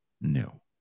No